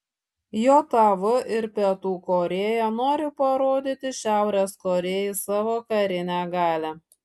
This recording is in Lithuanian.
jav ir pietų korėja nori parodyti šiaurės korėjai savo karinę galią